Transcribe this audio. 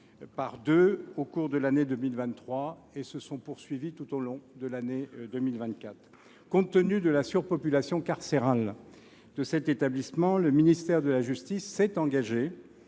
par deux au cours de l’année 2023, se sont poursuivies tout au long de l’année 2024. Compte tenu de la surpopulation carcérale de cet établissement, le ministère de la justice s’est engagé